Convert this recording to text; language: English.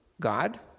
God